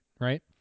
right